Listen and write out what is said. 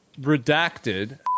Redacted